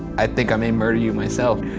i think i may murder you myself